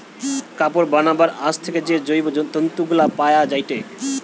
কাপড় বানাবার আঁশ থেকে যে জৈব তন্তু গুলা পায়া যায়টে